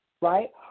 right